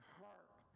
heart